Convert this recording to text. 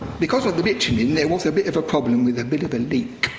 because of the bitumen, there was a bit of a problem with a bit of a leak.